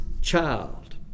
child